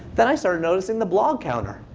then i started noticing the blog counter.